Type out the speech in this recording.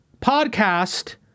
podcast